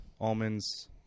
almonds